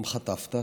גם חטפת,